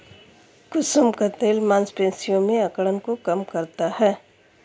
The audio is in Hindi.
कुसुम का तेल मांसपेशियों में अकड़न को कम करता है